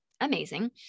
amazing